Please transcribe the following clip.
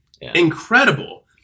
incredible